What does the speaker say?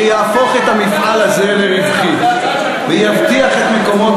שיהפוך את המפעל הזה לרווחי ויבטיח את מקומות